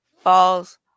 falls